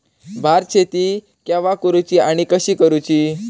भात शेती केवा करूची आणि कशी करुची?